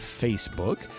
Facebook